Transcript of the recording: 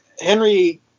henry